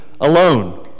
alone